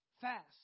fast